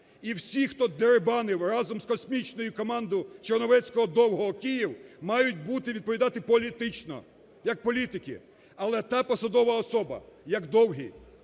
І всі, хто дерибанив разом з "космічною командою" Черновецького-Довгого Київ, мають відповідати політично як політики. Але така посадова особа як Довгий,